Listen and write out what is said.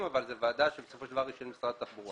אבל זו ועדה שבסופו של דבר היא של משרד התחבורה.